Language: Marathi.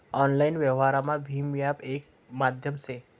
आनलाईन व्यवहारमा भीम ऑप येक माध्यम से